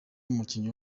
umukinnyi